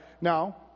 Now